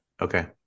Okay